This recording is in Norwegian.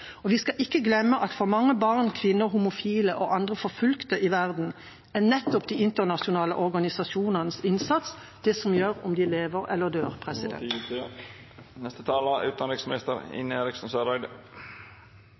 og ikke mindre. Vi skal ikke glemme at for mange barn, kvinner, homofile og andre forfulgte i verden er nettopp de internasjonale organisasjonenes innsats det som avgjør om de lever eller dør.